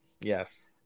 Yes